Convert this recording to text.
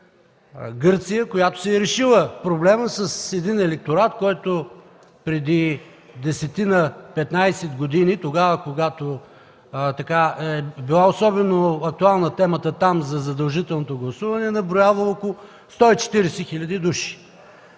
Гърция, която си е решила проблема с един електорат, който преди десетина-петнадесет години, тогава когато там е била особено актуална темата за задължителното гласуване, е наброявала около 140 хил. души.